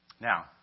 Now